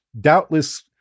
doubtless